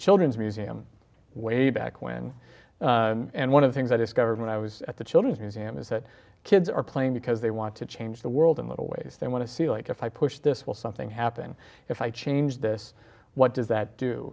children's museum way back when and one of the things i discovered when i was at the children's museum is that kids are playing because they want to change the world in little ways they want to see like if i push this will something happen if i change this what does that do